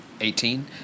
Eighteen